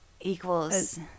equals